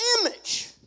image